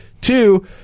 Two